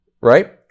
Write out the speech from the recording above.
right